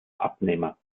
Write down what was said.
abnehmer